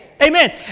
Amen